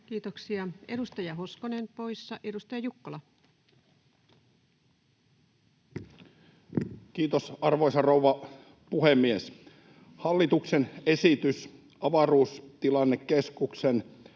Kiitoksia. — Edustaja Hoskonen poissa. — Edustaja Jukkola. Kiitos, arvoisa rouva puhemies! Hallituksen esitys avaruustilannekeskuksen